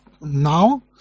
now